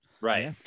Right